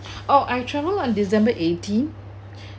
oh I traveled on december eighteen